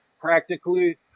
practically